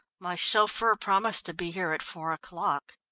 my chauffeur promised to be here at four o'clock.